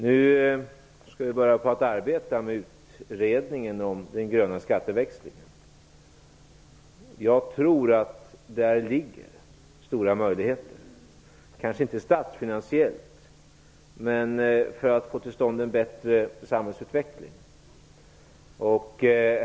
Nu skall vi börja arbeta med utredningen om den gröna skatteväxlingen. Jag tror att där ligger stora möjligheter, kanske inte statsfinansiellt, men för att få till stånd en bättre samhällsutveckling.